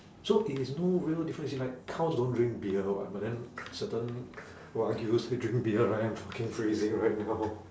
so it is no real difference it's like cows don't drink beer [what] but then certain wagyus they drink beer right I'm fucking freezing right now